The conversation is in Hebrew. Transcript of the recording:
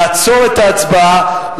לעצור את ההצבעה,